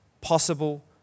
possible